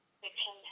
fiction